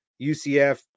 UCF